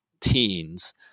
teens